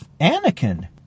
Anakin